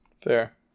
Fair